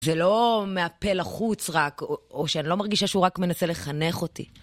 זה לא מהפה לחוץ רק, או שאני לא מרגישה שהוא רק מנסה לחנך אותי.